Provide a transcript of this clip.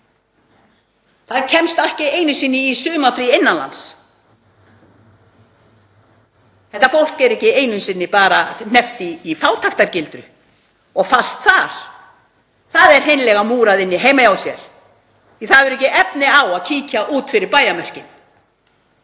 Það kemst ekki einu sinni í sumarfrí innan lands. Þetta fólk er ekki bara hneppt í fátæktargildru og er fast þar, það er hreinlega múrað inni heima hjá sér því það hefur ekki efni á að kíkja út fyrir bæjarmörkin.